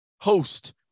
host